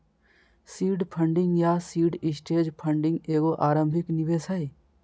seed funding या seed stage funding एगो आरंभिक निवेश हइ